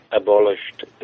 abolished